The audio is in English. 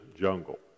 jungle